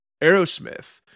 Aerosmith